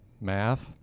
math